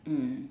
mm